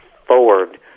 forward